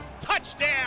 Touchdown